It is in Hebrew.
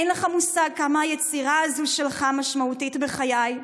אין לך מושג כמה היצירה הזאת שלך משמעותית בחיי,